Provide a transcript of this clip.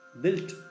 built